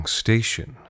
station